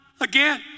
Again